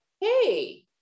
hey